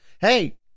Hey